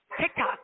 TikTok